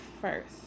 first